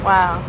Wow